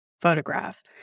photograph